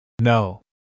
No